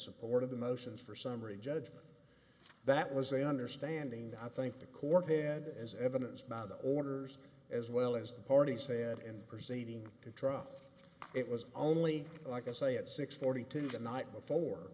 support of the motion for summary judgment that was a understanding that i think the court head as evidence by the orders as well as the party said and proceeding to trump it was only like i say at six forty two the night before